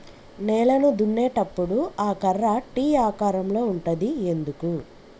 నేలను దున్నేటప్పుడు ఆ కర్ర టీ ఆకారం లో ఉంటది ఎందుకు?